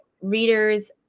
readers